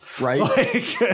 Right